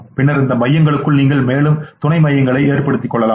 பின்னர்இந்த மையங்களுக்குள் நீங்கள் மேலும் துணை மையங்களைக் கொண்டுள்ளீர்கள்